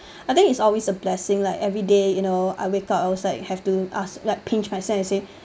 I think it's always a blessing like every day you know I wake up I was like you have to ask like pinch myself and say